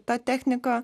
tą techniką